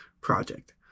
project